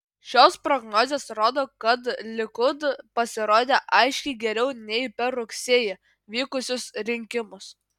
šios prognozės rodo kad likud pasirodė aiškiai geriau nei per rugsėjį vykusius rinkimus